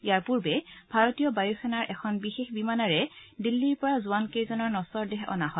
ইয়াৰ পূৰ্বে ভাৰতীয় বায়ু সেনাৰ এখন বিশেষ বিমানেৰে দিল্লীৰ পৰা জোৱান কেইজনৰ নখৰ দেহ অনা হয়